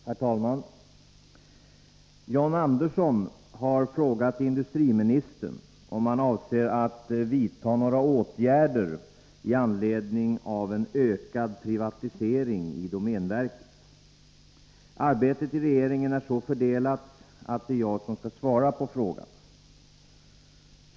Herr talman! John Andersson har frågat industriministern om han avser att vidta några åtgärder i anledning av en ökad privatisering i domänverket. Arbetet i regeringen är så fördelat att det är jag som skall svara på frågan.